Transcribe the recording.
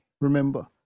Remember